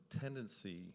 tendency